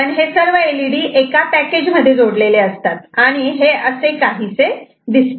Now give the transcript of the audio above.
पण हे सर्व एलईडी एका पॅकेजमध्ये जोडलेले असतात आणि हे असे काहीसे दिसते